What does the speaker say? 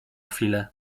chwilę